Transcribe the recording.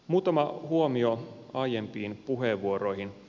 muutama huomio aiempiin puheenvuoroihin